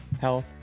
Health